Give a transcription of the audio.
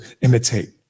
imitate